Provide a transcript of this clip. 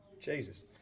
Jesus